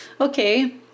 Okay